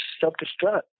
self-destruct